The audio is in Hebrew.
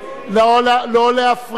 לא להפריע.